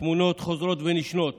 תמונות חוזרות ונשנות